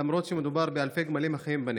למרות שמדובר באלפי גמלים החיים בנגב.